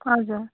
हजुर